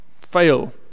fail